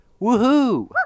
woohoo